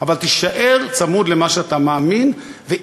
אבל תישאר צמוד למה שאתה מאמין בו.